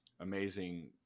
amazing